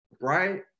right